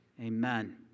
Amen